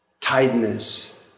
tightness